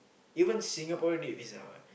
even Singapore need visa what